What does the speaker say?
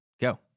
go